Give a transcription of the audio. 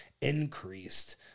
increased